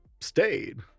stayed